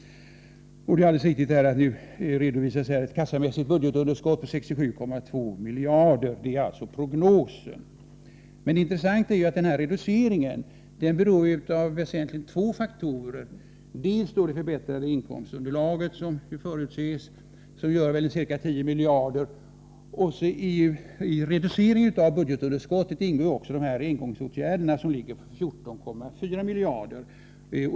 Det är alldeles riktigt att det i prognosen för detta budgetår nu redovisas ett kassamässigt budgetunderskott på 67,2 miljarder, vilket är en minskning jämfört med föregående år. Men det intressanta är att denna reducering väsentligen beror på två faktorer. Den ena är det förbättrade inkomstunderlag som förutses och som gör ca 10 miljarder. Den andra är engångsåtgärderna, som ligger på 14,4 miljarder.